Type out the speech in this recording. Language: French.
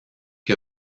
que